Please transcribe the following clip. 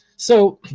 so,